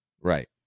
right